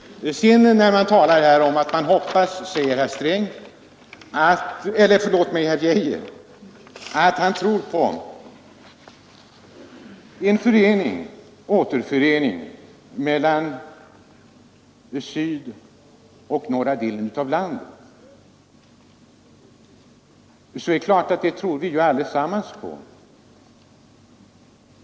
Herr Geijer säger att han tror på en återförening mellan södra och norra delen av landet. Det är klart att en sådan återförening tror vi allesammans på.